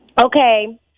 Okay